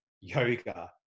yoga